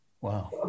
Wow